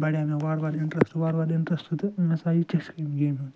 بڑاو مےٚوار وار اِنٹرسٹ وار وار اِنٹرسٹ تہٕ مےٚ ژاو یہِ چسکہٕ امہِ گیمہِ ہُنٛد